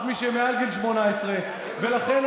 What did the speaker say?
רק מי שמעל גיל 18. ולכן,